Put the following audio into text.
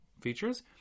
features